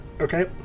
Okay